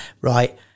Right